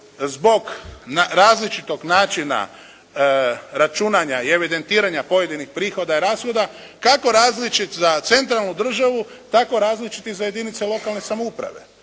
zbog različitog načina računjanja i evidentirana pojedinih prihoda rashoda, kako različit za centralnu državu, tako različiti za jedinice lokane samouprave.